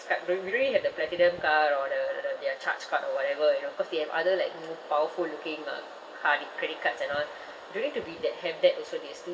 card we we don't need to have the platinum card or the the the their charge card or whatever you know cause they have other like more powerful looking uh card credit cards and all don't need to be that have that also they still